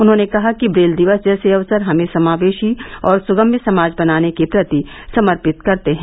उन्होंने कहा कि ब्रेल दिवस जैसे अवसर हमें समावेशी और सुगम्य समाज बनाने के प्रति समर्पित करते हैं